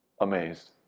amazed